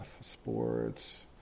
Sports